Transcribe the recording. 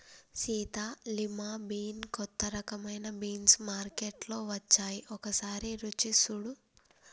Sita lima bean కొత్త రకమైన beans మార్కేట్లో వచ్చాయి ఒకసారి రుచి సుడు